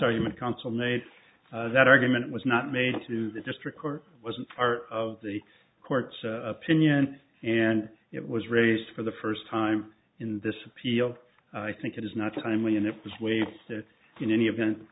argument counsel made that argument was not made to the district court wasn't part of the court's opinion and it was raised for the first time in this appeal i think it is not timely and it is wasted in any event